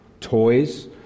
toys